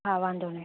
હા વાંધો નહીં